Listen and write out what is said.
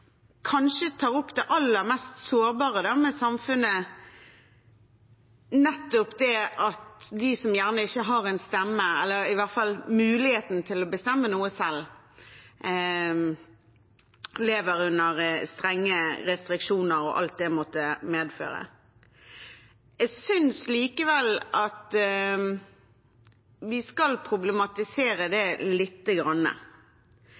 tar opp kanskje det aller mest sårbare med samfunnet, nettopp det at de som ikke har en stemme eller i hvert fall muligheten til å bestemme noe selv, lever under strenge restriksjoner og alt det måtte medføre. Jeg synes likevel vi skal problematisere